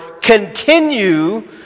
continue